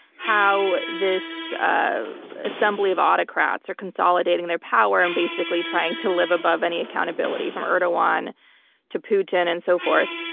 how this assembly of autocrats are consolidating their power and basically trying to live above any accountability from erdogan to putin and so forth,